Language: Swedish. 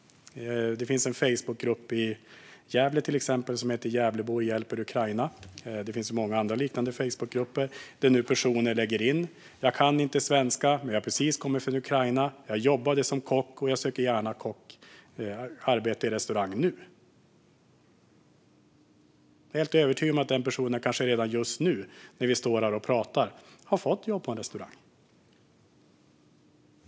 Det finns till exempel en Facebookgrupp i Gävle som heter Gävlebor hjälper Ukraina, och det finns många andra liknande Facebookgrupper, där personer gör inlägg där det till exempel står: Jag kan inte svenska och har precis kommit från Ukraina, där jag jobbade som kock, och jag söker nu arbete i restaurang. Jag är helt övertygad om att den personen kanske redan just nu, när vi står här och pratar, har fått jobb på en restaurang.